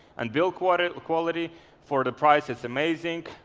and bill quarter, the quality for the price is amazing,